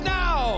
now